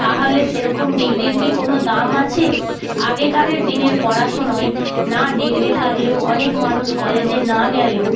তাহলে সেরকম ডিগ্রির কি কোনও দাম আছে আগেকারের দিনের পড়াশুনোয় না ডিগ্রি থাকলেও অনেক মানুষ কলেজে না গেলেও